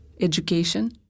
education